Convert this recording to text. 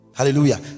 Hallelujah